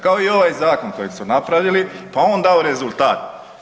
Kao i ovaj zakon kojeg su napravili, pa on dao rezultat.